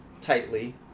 tightly